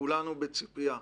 כולנו בציפייה.